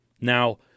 Now